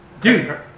dude